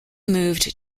moved